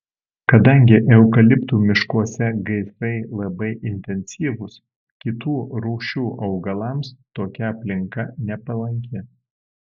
kadangi eukaliptų miškuose gaisrai labai intensyvūs kitų rūšių augalams tokia aplinka nepalanki